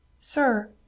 sir